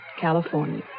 California